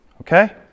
Okay